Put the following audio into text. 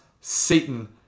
Satan